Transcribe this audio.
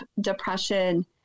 depression